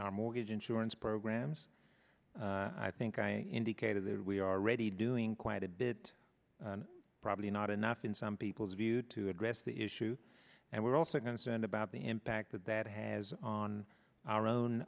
our mortgage insurance programs i think i indicated we are already doing quite a bit probably not enough in some people's view to address the issue and we're also concerned about the impact that that has on our own